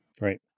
Right